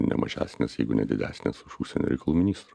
ne mažesnės jeigu ne didesnės užsienio reikalų ministro